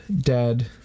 dead